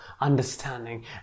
understanding